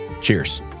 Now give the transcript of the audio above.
Cheers